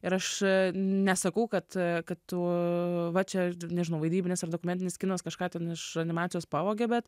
ir aš nesakau kad kad tu va čia nežinau vaidybinis ar dokumentinis kinas kažką ten iš animacijos pavogė bet